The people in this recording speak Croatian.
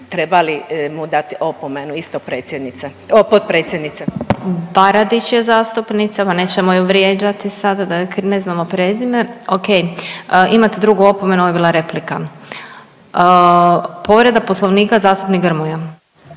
**Glasovac, Sabina (SDP)** Baradić je zastupnica, ma nećemo je vrijeđati sada da joj ne znamo prezime. O.k. Imate drugu opomenu, ovo je bila replika. Povreda Poslovnika zastupnik Grmoja.